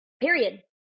period